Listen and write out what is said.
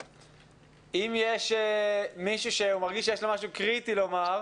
יש עוד מישהו שמרגיש שיש לו משהו קריטי לומר?